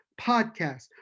Podcast